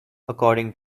according